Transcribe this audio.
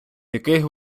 яких